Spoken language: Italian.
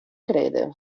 crede